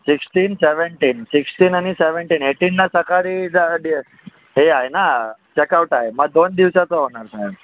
sixteen seventeen sixteen आणि seventeen एटीनला सकाळी जा डे हे आहे ना चेकाऊट आहे मग दोन दिवसाचं होणार साहेब